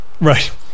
Right